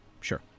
Sure